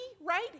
right